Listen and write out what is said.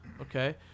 Okay